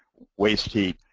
waste escape.